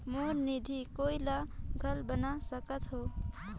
मोर निधि कोई ला घल बना सकत हो?